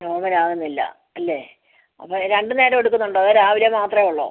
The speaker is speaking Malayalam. ആ അങ്ങനെ ആകുന്നില്ല അല്ലേ അപ്പോൾ രണ്ട് നേരം എടുക്കുന്നുണ്ടോ അതോ രാവിലെ മാത്രമേ ഉള്ളോ